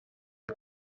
été